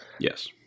Yes